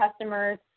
customers